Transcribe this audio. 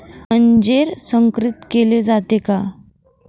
अंजीर संकरित केले जाते का?